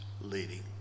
leading